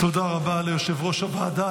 תודה רבה ליושב-ראש הוועדה.